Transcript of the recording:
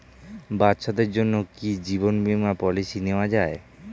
বাচ্চাদের জন্য কি জীবন বীমা পলিসি নেওয়া যায়?